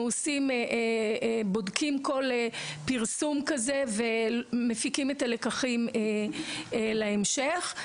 בודקים כל פרסום כזה ומפיקים את הלקחים להמשך.